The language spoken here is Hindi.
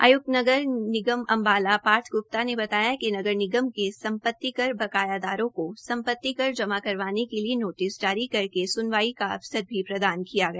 आयुक्त नगर निगम अम्बाला पार्थ गुप्ता ने बताया कि नगर निगम के सम्पत्तिकर बकायादारों को सम्पत्तिकर जमा करवाने के लिए नोटिस जारी करके स्नवाई का अवसर भी प्रदान किया गया